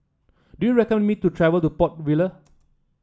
do you recommend me to travel to Port Vila